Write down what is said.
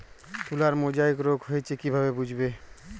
তুলার মোজাইক রোগ হয়েছে কিভাবে বুঝবো?